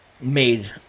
made